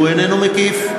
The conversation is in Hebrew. שהוא איננו מקיף.